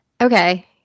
Okay